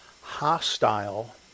hostile